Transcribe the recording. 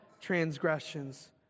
transgressions